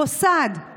מוסד,